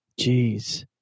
Jeez